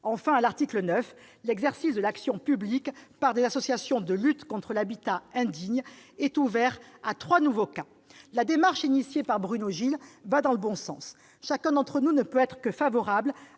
Enfin, à l'article 9, l'exercice de l'action publique par des associations de lutte contre l'habitat indigne est ouvert à trois nouveaux cas. La démarche initiée par notre collègue Bruno Gilles va dans le bon sens. Chacun d'entre nous ne peut qu'être favorable à ce que